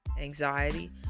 anxiety